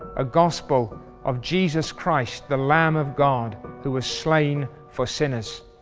a gospel of jesus christ the lamb of god who was slain for sinners.